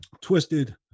Twisted